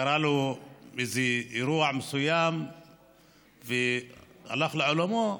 קרה לו איזה אירוע מסוים והלך לעולמו,